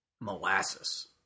molasses